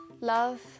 love